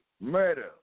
murder